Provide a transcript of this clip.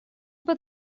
pot